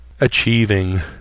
achieving